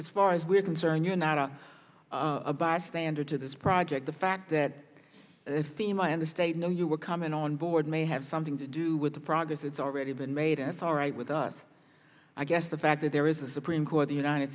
as far as we're concerned you're not a bystander to this project the fact that theme and the state know you were coming on board may have something to do with the progress it's already been made and it's all right with us i guess the fact that there is a supreme court the united